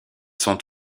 sont